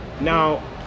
Now